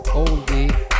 oldie